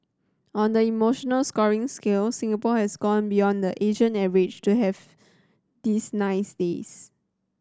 on the emotional scoring scale Singapore has gone beyond the Asian average to have these nice days